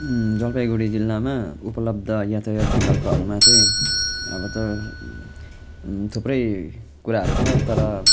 जलपाईगुडी जिल्लामा उपलब्ध यातायात विकल्पहरूमा चाहिँ अब तपाईँ थुप्रै कुराहरू छ तर